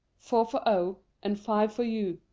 four for o, and five for u.